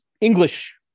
English